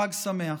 חג שמח.